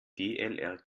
dlrg